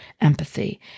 empathy